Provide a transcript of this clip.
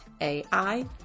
a-i